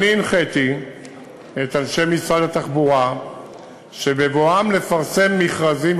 הנחיתי את אנשי משרד התחבורה שבבואם לפרסם מכרזים